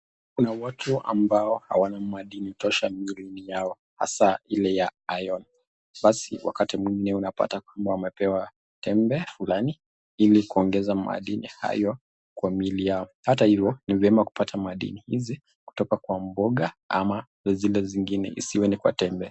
Kuna watu ambao hawana madini ya katosha kwa miili hasaa Ile ya iron, pasi wakati unapata wamepewa tembe Fulani Ili kuongeza madini hayo kwa miili yao, hata hivo ni vema kupata madini Hizi kutoka kwa mboga ama zile zingine isiwe kwa tembe.